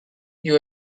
you